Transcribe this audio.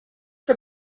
for